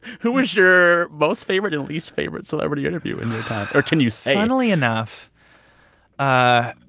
who was your most favorite and least favorite celebrity interview in the or can you say? funnily enough ah